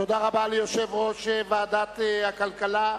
תודה רבה ליושב-ראש ועדת הכלכלה,